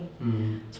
mm